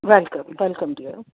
welcome welcome dear